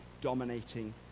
dominating